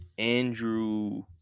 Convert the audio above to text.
Andrew